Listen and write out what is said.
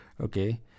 okay